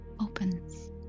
opens